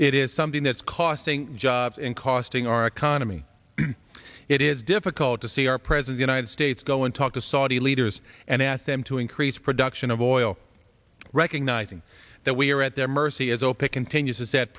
it is something that's costing jobs and costing our economy it is difficult to see our present united states go and talk to saudi leaders and ask them to increase production of oil recognizing that we are at their mercy as opec continues to set